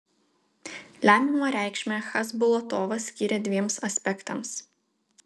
lemiamą reikšmę chasbulatovas skyrė dviems aspektams